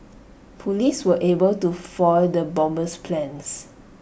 Police were able to foil the bomber's plans